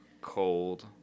cold